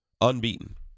unbeaten